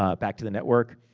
ah back to the network.